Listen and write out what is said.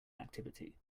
activity